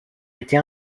été